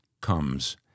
comes